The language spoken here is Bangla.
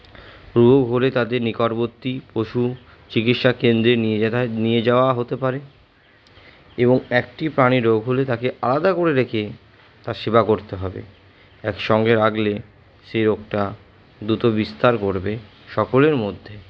রোগ হলে তাদের নিকটবর্তি পশু চিকিৎসা কেন্দ্রে নিয়ে যেতে হয় নিয়ে যাওয়া হতে পারে এবং একটি প্রাণী রোগ হলে তাকে আলাদা করে রেখে তার সেবা করতে হবে এক সঙ্গে রাখলে সেই রোগটা দ্রুত বিস্তার করবে সকলের মধ্যে